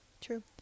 True